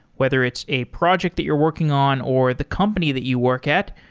whether it's a project that you're working on or the company that you work at.